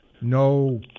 no